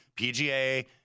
PGA